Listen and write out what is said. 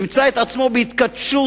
נמצא את עצמנו בהתכתשות